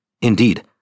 Indeed